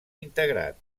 integrat